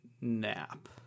nap